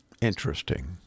Interesting